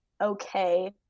okay